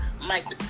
Michael